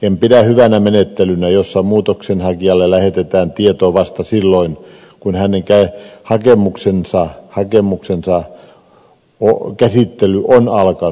en pidä hyvänä menettelyä jossa muutoksenhakijalle lähetetään tieto vasta silloin kun hänen hakemuksensa käsittely on alkanut